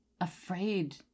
afraid